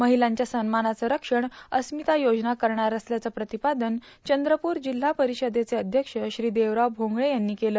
महिलांच्या सन्मानाचे रक्षण अस्मिता योजना असल्याचं प्रतिपादन चंद्रपूर जिल्हा परिषदेचे अध्यक्ष श्री देवराव भोंगळे यांनी केलं